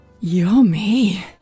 Yummy